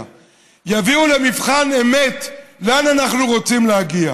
יביאו למבחן אמת לאן אנחנו רוצים להגיע.